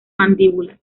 mandíbulas